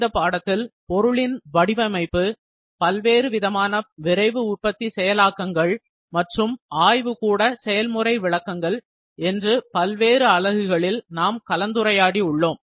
இந்தப் பாடத்தில் பொருளின் வடிவமைப்பு பல்வேறு விதமான விரைவு உற்பத்தி செயலாக்கங்கள் மற்றும் ஆய்வுக்கூட செயல் முறை விளக்கங்கள் என்று பல்வேறு அலகுகளில் நாம் கலந்துரையாடி உள்ளோம்